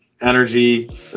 Energy